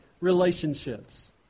relationships